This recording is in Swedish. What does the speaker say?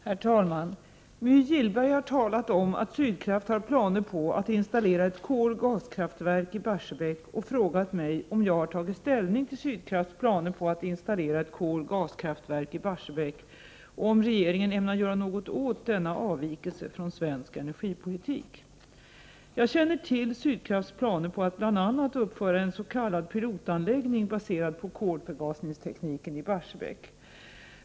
Herr talman! My Gillberg har talat om att Sydkraft har planer på att installera ett kol-gaskraftverk i Barsebäck och frågat mig om jag har tagit ställning till Sydkrafts planer på att installera ett kol-gaskraftverk i Barsebäck och om regeringen ämnar göra något åt denna avvikelse från svensk energipolitik. Jag känner till Sydkrafts planer att bl.a. uppföra en s.k. pilotanläggning i Barsebäck baserad på kolförgasningstekniken.